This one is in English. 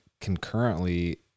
concurrently